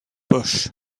bush